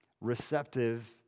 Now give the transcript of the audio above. receptive